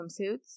swimsuits